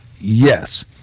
yes